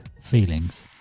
feelings